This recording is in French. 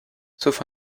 sauf